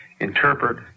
interpret